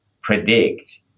predict